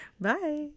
bye